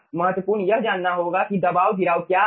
महत्वपूर्ण यह जानना होगा कि दबाव गिराव क्या है